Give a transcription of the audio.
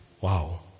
Wow